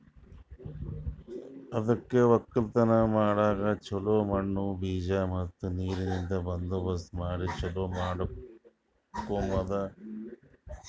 ಅದುಕೆ ಒಕ್ಕಲತನ ಮಾಡಾಗ್ ಚೊಲೋ ಮಣ್ಣು, ಬೀಜ ಮತ್ತ ನೀರಿಂದ್ ಬಂದೋಬಸ್ತ್ ಮಾಡಿ ಚೊಲೋ ನೋಡ್ಕೋಮದ್